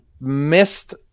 missed